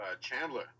Chandler